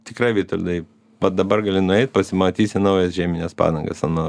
tikrai vitoldai va dabar gali nueit pasimatysi naujas žiemines padangas ant mano